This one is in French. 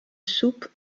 soupe